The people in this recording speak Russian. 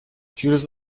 через